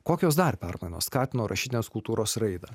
kokios dar permainos skatino rašytinės kultūros raidą